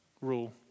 rule